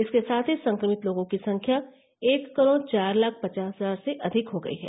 इसके साथ ही संक्रमित लोगों की संख्या एक करोड़ चार लाख पचास हजार से अधिक हो गई है